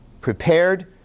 prepared